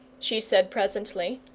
she said presently,